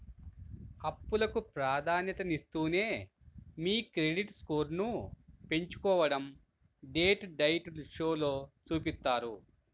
అప్పులకు ప్రాధాన్యతనిస్తూనే మీ క్రెడిట్ స్కోర్ను పెంచుకోడం డెట్ డైట్ షోలో చూపిత్తారు